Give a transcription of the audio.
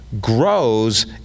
grows